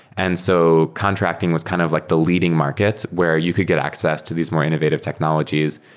and so contracting was kind of like the leading market where you could get access to these more innovative technologies.